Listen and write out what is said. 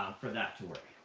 for that to work.